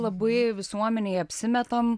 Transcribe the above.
labai visuomenėj apsimetam